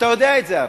אתה הרי יודע את זה.